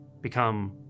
become